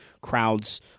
crowds